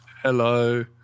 Hello